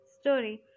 story